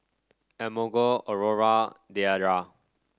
Emogene Aurora Deidra